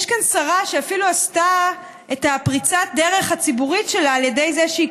יש כאן שרה שאפילו עשתה את פריצת הדרך הציבורית שלה על ידי זה שהיא